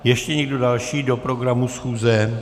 Ještě někdo další do programu schůze?